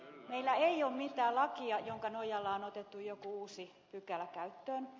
meillä ei ole mitään lakia jonka nojalla on otettu jokin uusi pykälä käyttöön